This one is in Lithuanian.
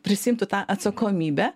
prisiimtų tą atsakomybę